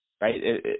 right